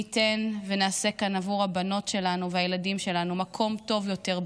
מי ייתן ונעשה כאן עבור הבנות שלנו והילדים שלנו מקום טוב יותר,